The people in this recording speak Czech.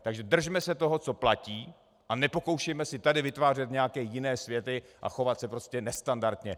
Takže držme se toho, co platí, a nepokoušejme se tady vytvářet nějaké jiné světy a chovat se nestandardně.